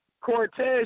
Cortez